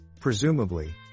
Presumably